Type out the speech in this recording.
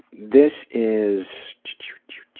this is.